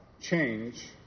change